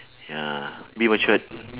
ya be matured